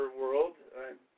world